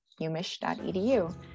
umich.edu